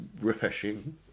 refreshing